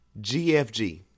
GFG